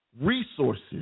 resources